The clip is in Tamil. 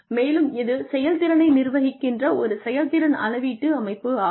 மேலும் இது செயல்திறனை நிர்வகிக்கின்ற ஒரு செயல்திறன் அளவீட்டு அமைப்பாகும்